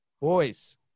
Boys